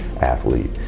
athlete